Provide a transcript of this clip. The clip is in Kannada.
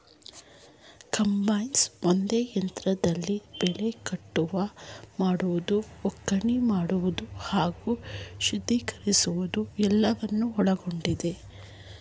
ಕಂಬೈನ್ಸ್ ಒಂದೇ ಯಂತ್ರದಲ್ಲಿ ಬೆಳೆ ಕಟಾವು ಮಾಡುವುದು ಒಕ್ಕಣೆ ಮಾಡುವುದು ಹಾಗೂ ಶುದ್ಧೀಕರಿಸುವುದು ಎಲ್ಲವನ್ನು ಒಳಗೊಂಡಿದೆ